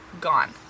gone